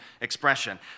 expression